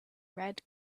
red